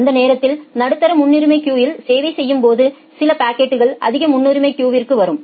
அந்த நேரத்தில் நடுத்தர முன்னுரிமை கியூயில் சேவை செய்யும் போது சில பாக்கெட்கள் அதிக முன்னுரிமை கியூவிற்கு வரும்